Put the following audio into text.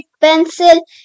pencil